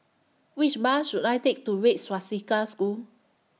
Which Bus should I Take to Red Swastika School